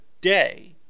day